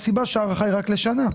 מה הסיבה שהארכה היא רק לשנה?